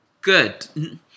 Good